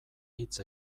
hitz